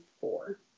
four